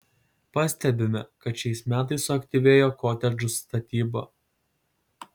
pastebime kad šiais metais suaktyvėjo kotedžų statyba